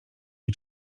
jej